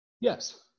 yes